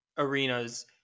arenas